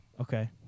Okay